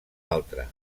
altre